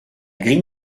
grille